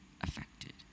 affected